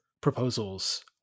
proposals